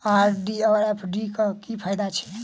RD आ FD क की फायदा छै?